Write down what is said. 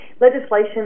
legislation